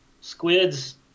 squids